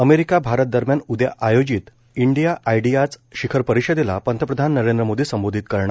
America Bharat दरम्यान उद्या आयोजित इंडिया आयडियाज शिखर परिषदेला पंतप्रधान नरेंद्र मोदी संबोधित करणार